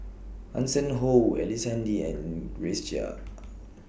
Hanson Ho Ellice Handy and Grace Chia